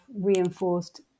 reinforced